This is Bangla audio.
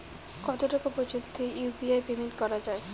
কত টাকা পর্যন্ত ইউ.পি.আই পেমেন্ট করা যায়?